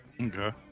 Okay